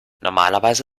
normalerweise